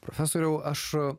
profesoriau aš